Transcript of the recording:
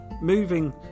Moving